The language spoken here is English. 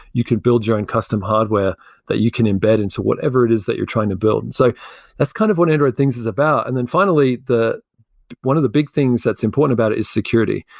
you could build your own custom hardware that you can embed into whatever it is that you're trying to build. and so that's kind of what android things is about and then finally, one of the big things that's important about it is security.